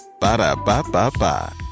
Ba-da-ba-ba-ba